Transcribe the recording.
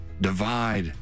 divide